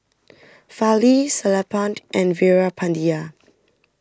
Fali Sellapan and Veerapandiya